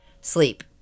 Sleep